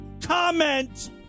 comment